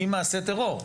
עם מעשה טרור.